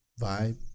vibe